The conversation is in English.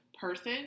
person